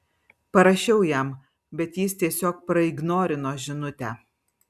parašiau jam bet jis tiesiog praignorino žinutę